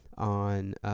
on